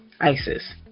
ISIS